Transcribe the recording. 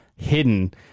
hidden